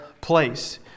place